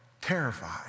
terrified